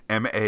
ma